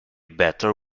better